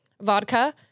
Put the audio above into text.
vodka